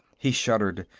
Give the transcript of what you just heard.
he shuddered,